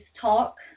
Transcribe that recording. talk